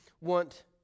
want